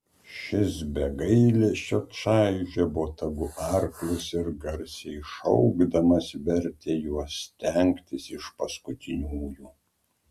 šis be gailesčio čaižė botagu arklius ir garsiai šūkaudamas vertė juos stengtis iš paskutiniųjų